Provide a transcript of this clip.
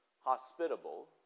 hospitable